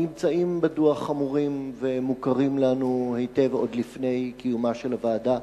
הממצאים בדוח חמורים ומוכרים לנו היטב עוד לפני קיומה של הוועדה.